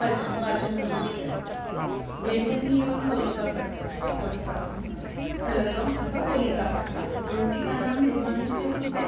पच् पाचनं कृते अस्ति वेल्लनि एवं पोलिकापट्टः पोट्टकं फलकम् अथवा पोलिकापट्टं रोटिकानां निर्माणस्य कृते